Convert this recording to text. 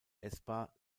essbar